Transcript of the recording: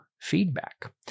feedback